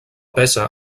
peça